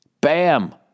Bam